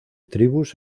tribus